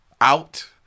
out